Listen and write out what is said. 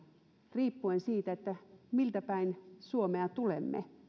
riippuen siitä mistä päin suomea tulemme